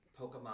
Pokemon